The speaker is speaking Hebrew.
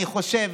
אני חושב